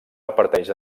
reparteix